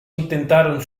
intentaron